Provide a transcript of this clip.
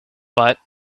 but